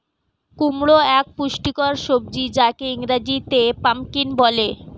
কুমড়ো এক পুষ্টিকর সবজি যাকে ইংরেজিতে পাম্পকিন বলে